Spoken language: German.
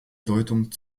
deutung